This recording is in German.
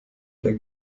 der